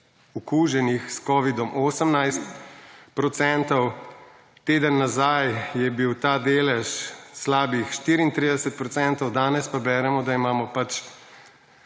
okuženih s covid 18 %, teden nazaj je bil ta delež slabih 34 %, danes pa beremo, da imamo na